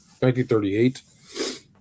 1938